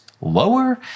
lower